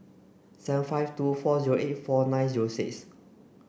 seven five two four zero eight four nine zero six